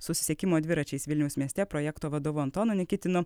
susisiekimo dviračiais vilniaus mieste projekto vadovu antonu nikitinu